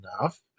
enough